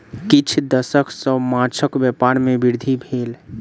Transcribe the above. किछ दशक सॅ माँछक व्यापार में वृद्धि भेल